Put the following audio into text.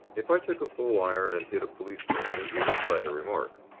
if i took a full iron and hit a policeman, it would excite a remark.